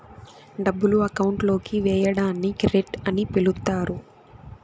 డబ్బులు అకౌంట్ లోకి వేయడాన్ని క్రెడిట్ అని పిలుత్తారు